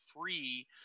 free